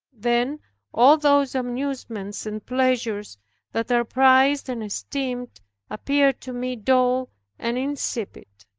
then all those amusements and pleasures that are prized and esteemed appeared to me dull and insipid.